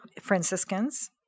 Franciscans